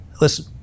Listen